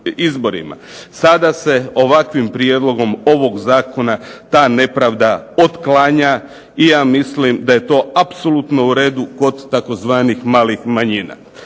izborima. Sada se ovakvim prijedlogom ovakvog zakona ta nepravda otklanja i ja mislim da je to apsolutno u redu kod tzv. malih manjina.